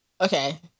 Okay